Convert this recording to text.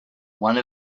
one